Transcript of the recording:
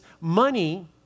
money